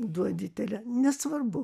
duodi telia nesvarbu